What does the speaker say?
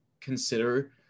consider